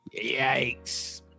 Yikes